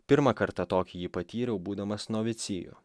pirmą kartą tokį jį patyriau būdamas noviciju